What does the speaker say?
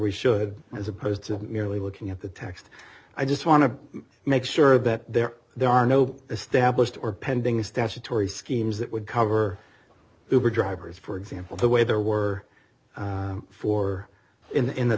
we should as opposed to merely looking at the text i just want to make sure that there there are no established or pending statutory schemes that would cover over drivers for example the way there were for in the in the